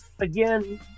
Again